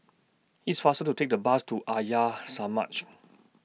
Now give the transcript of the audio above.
IT IS faster to Take The Bus to Arya Samaj